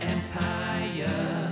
Empire